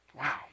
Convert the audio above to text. Wow